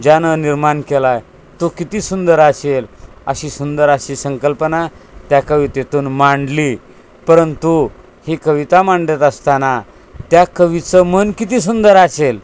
ज्यानं निर्माण केला आहे तो किती सुंदर असेल अशी सुंदर अशी संकल्पना त्या कवितेतून मांडली परंतु ही कविता मांडत असताना त्या कवीचं मन किती सुंदर असेल